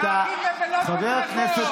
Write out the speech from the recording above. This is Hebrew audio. חבר הכנסת,